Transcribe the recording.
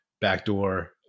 backdoor